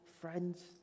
friends